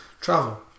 travel